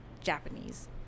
Japanese